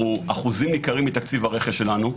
אחוזים ניכרים מתקציב הרכש שלנו,